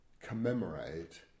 commemorate